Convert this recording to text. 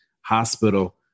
hospital